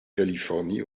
californie